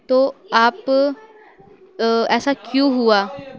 تو آپ ایسا کیوں ہُوا